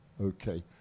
okay